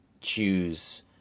choose